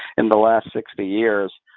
in the last sixty years.